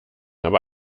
aber